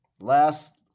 Last